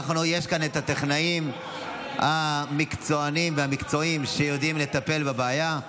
יש כאן את הטכנאים המקצוענים והמקצועיים שיודעים לטפל בבעיה.